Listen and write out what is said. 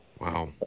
Wow